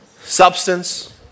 substance